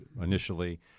initially